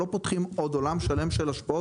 לא פותחים עוד עולם שלם של השפעות